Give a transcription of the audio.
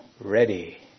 ready